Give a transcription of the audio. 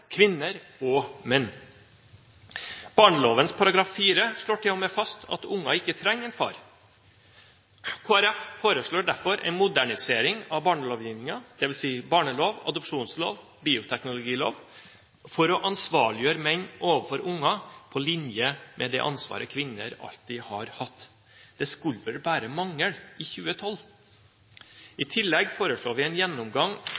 kvinner og menn. Barneloven § 4 slår til og med fast at unger ikke trenger en far. Kristelig Folkeparti foreslår derfor en modernisering av barnelovgivningen, dvs. barnelov, adopsjonslov, bioteknologilov, for å ansvarliggjøre menn overfor unger på linje med det ansvaret kvinner alltid har hatt. Det skulle vel bare mangle, i 2012. I tillegg foreslår vi en gjennomgang